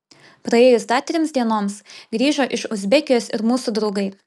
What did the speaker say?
praėjus dar trims dienoms grįžo iš uzbekijos ir mūsų draugai